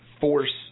force